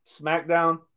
SmackDown